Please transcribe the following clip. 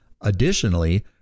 Additionally